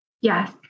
Yes